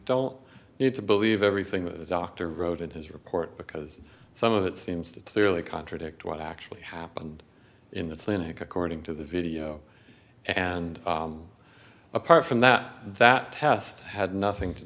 don't need to believe everything that the doctor wrote in his report because some of it seems to thoroughly contradict what actually happened in that cynic according to the video and apart from that that test had nothing to